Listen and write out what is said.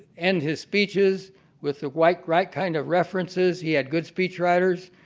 end his speeches with the like right kind of references. he had good speech writers.